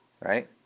right